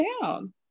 down